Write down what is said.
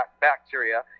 bacteria